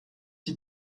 die